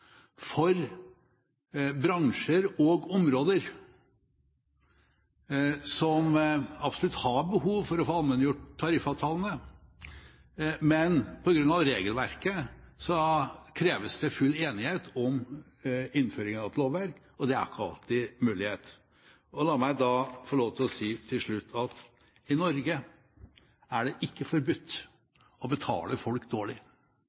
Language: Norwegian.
for bransjer og områder som absolutt har behov for å få allmenngjort tariffavtalene, men på grunn av regelverket kreves det full enighet om innføring av et lovverk, og det er ikke alltid mulig. La meg da få lov til å si til slutt: I Norge er det ikke forbudt å betale folk dårlig,